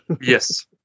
yes